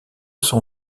son